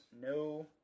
no